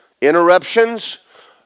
Interruptions